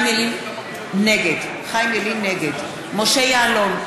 נגד משה יעלון,